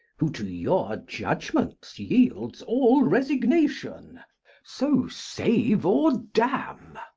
who to your judgments yields all resignation so save or damn,